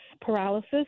paralysis